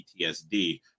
PTSD